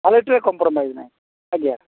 କ୍ଵାଲିଟିରେ compromise ନାହିଁ ଆଜ୍ଞା